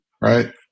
right